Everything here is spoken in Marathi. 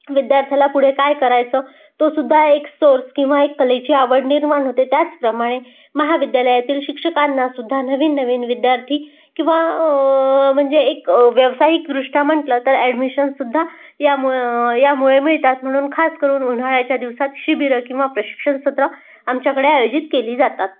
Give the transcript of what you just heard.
विद्यार्थ्याला पुढे काय करायचं तोसुद्धा एक सोर्स किंवा एक कलेची आवड निर्माण होते त्याचप्रमाणे महाविद्यालयातील शिक्षकांनासुद्धा नवीन नवीन विद्यार्थी किंवा म्हणजे एक व्यवसायिकदृष्ट्या म्हटलं तर ॲडमिशनसुद्धा यामुळे यामुळे मिळतात म्हणून खास करून उन्हाळ्याच्या दिवसात शिबिरं किंवा प्रशिक्षण सत्र आमच्याकडे आयोजित केली जातात